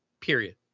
Period